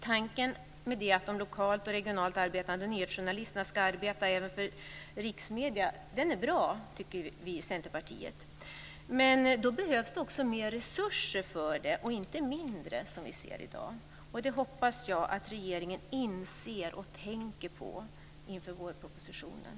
Tanken med det är att de lokalt och regionalt arbetande nyhetsjournalisterna ska arbeta även för riksmedierna. Det är bra, tycker vi i Centerpartiet. Men då behövs det också mer resurser för det och inte mindre. Det hoppas jag att regeringen inser och tänker på inför vårpropositionen.